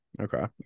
okay